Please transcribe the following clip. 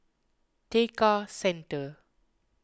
Tekka Centre